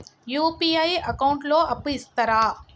UPI account లో అప్పు ఇస్తరా?